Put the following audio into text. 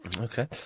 Okay